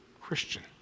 Christian